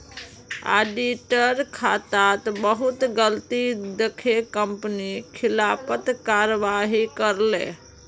auditor खातात बहुत गलती दखे कंपनी खिलाफत कारवाही करले